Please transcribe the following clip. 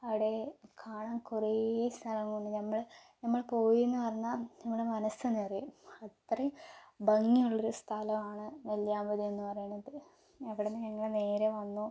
അവിടെ കാണാൻ കുറേ സ്ഥലങ്ങളുണ്ട് നമ്മൾ നമ്മൾ പോയിരുന്നു പറഞ്ഞാൽ നമ്മുടെ മനസ്സ് നിറയും അത്രയും ഭംഗിയുള്ളൊരു സ്ഥലമാണ് നെല്ലിയാമ്പതി എന്നു പറയുന്നത് അവിടെനിന്നു ഞങ്ങൾ നേരെ വന്നു